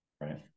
right